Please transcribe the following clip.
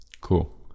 Cool